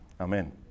amen